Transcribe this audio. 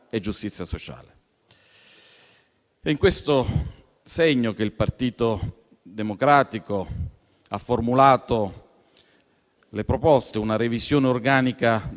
È in questo segno che il Partito Democratico ha formulato le proposte: una revisione organica